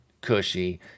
cushy